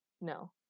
No